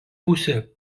pusė